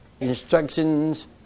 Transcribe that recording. instructions